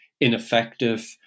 ineffective